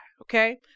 okay